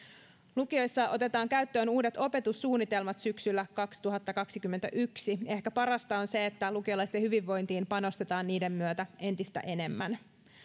lukioissa otetaan käyttöön uudet opetussuunnitelmat syksyllä kaksituhattakaksikymmentäyksi ehkä parasta on se että lukiolaisten hyvinvointiin panostetaan niiden myötä entistä enemmän